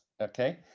Okay